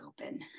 open